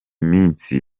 minsi